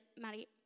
Maddie